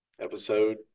Episode